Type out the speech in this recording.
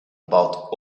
about